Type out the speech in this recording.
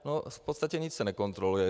V podstatě nic se nekontroluje.